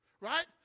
Right